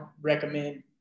recommend